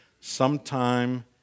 sometime